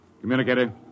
Communicator